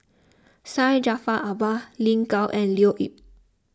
Syed Jaafar Albar Lin Gao and Leo Yip